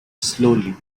slowly